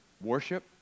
worship